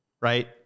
right